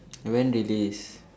when released